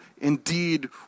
indeed